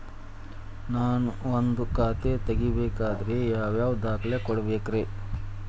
ನಾನ ಒಂದ್ ಖಾತೆ ತೆರಿಬೇಕಾದ್ರೆ ಯಾವ್ಯಾವ ದಾಖಲೆ ಕೊಡ್ಬೇಕ್ರಿ?